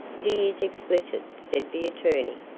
he is explicit, said the attorney,